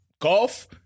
golf